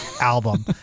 album